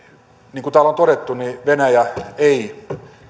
niin kuin täällä on todettu venäjä ei